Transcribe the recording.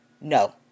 No